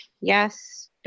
Yes